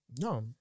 no